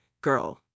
girl